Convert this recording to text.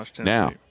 Now